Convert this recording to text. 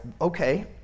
okay